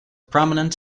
prominent